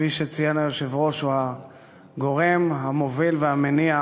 שכפי שציין היושב-ראש הוא הגורם המוביל והמניע